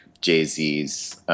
Jay-Z's